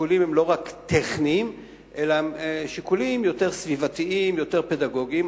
שהשיקולים הם לא רק טכניים אלא שיקולים יותר סביבתיים ויותר פדגוגיים.